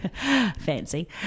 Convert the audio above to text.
fancy